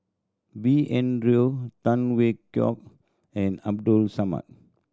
B N Rao Tan Hwee Hock and Abdul Samad